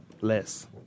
Less